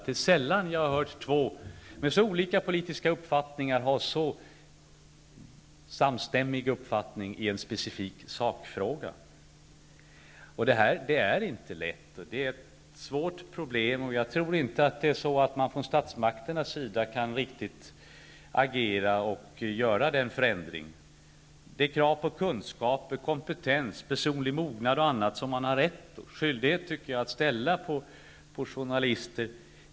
Det är sällan jag har hört två personer med så olika politisk inställning ha en så samstämmig uppfattning i en specifik sakfråga. Det här är inte lätt. Det är ett svårt problem, och jag tror inte att man från statsmakternas sida kan agera och genomföra denna förändring. Det finns krav på kunskap och kompetens, personlig mognad och annat som man har rätt och skyldighet att ställa på journalister.